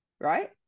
right